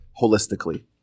holistically